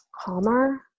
calmer